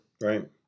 Right